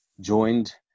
joined